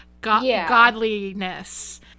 godliness